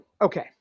okay